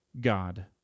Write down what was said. God